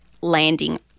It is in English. landing